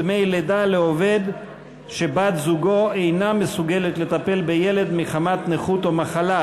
דמי לידה לעובד שבת-זוגו אינה מסוגלת לטפל בילד מחמת נכות או מחלה),